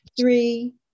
three